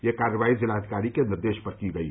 यह कार्रवाई जिलाधिकारी के निर्देश पर की गयी